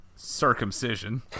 circumcision